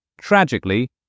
Tragically